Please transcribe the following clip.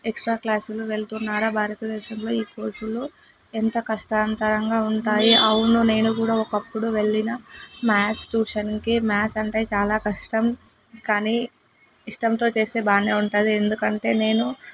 extra క్లాసులు వెళ్తున్నారు భారతదేశంలో ఈకోసులలో ఎంత కష్టాంతరంగా ఉంటాయి అవును నేను కూడా ఒకప్పుడు వెళ్ళిన మ్యాథ్స్ ట్యూషన్కి మ్యాథ్స్ అంటే చాలా కష్టం కానీ ఇష్టంతో చేస్తే బాగా ఉంటుంది ఎందుకంటే నేను